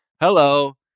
hello